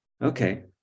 okay